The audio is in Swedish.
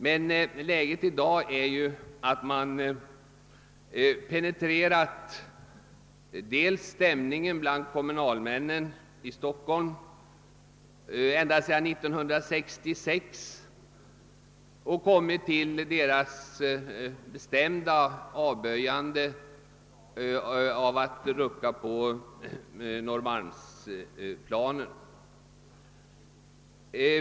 Man har emellertid sonderat stämningen bland kommunalmännen i Stockholm ända sedan 1966 och funnit att de bestämt avböjer att man ruckar på norrmalmsplanen.